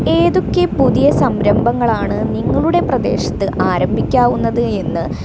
ഏതൊക്കെ പുതിയ സംരംഭങ്ങളാണ് നിങ്ങളുടെ പ്രദേശത്ത് ആരംഭിക്കാവുന്നത് എന്ന്